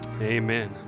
Amen